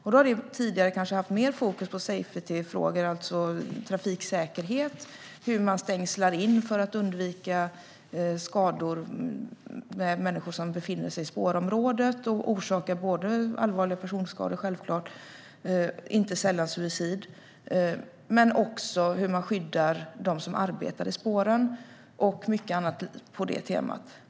Tidigare har de kanske haft mer fokus på safetyfrågor, alltså trafiksäkerhet och hur man stängslar in för att undvika skador på människor som befinner sig på spårområdet - detta orsakar självklart allvarliga personskador, inte sällan suicid - men också på hur man skyddar dem som arbetar på spåren och mycket annat på detta tema.